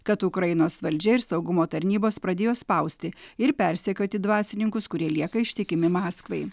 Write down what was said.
kad ukrainos valdžia ir saugumo tarnybos pradėjo spausti ir persekioti dvasininkus kurie lieka ištikimi maskvai